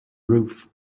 roof